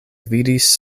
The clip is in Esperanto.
vidis